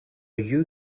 you